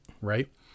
right